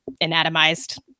anatomized